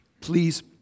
Please